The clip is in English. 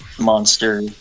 monster